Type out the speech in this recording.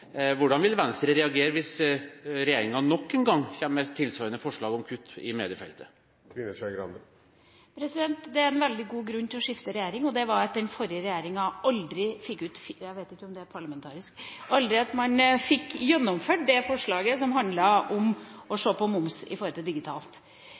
Hvordan vil Venstre reagere hvis regjeringen nok en gang kommer med tilsvarende forslag om kutt på mediefeltet? Det var en veldig god grunn til å skifte regjering, og det var at den forrige regjeringa aldri fikk ut fingeren – jeg vet ikke om det er et parlamentarisk uttrykk – aldri fikk gjennomført forslaget om å